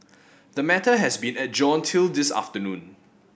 the matter has been adjourned till this afternoon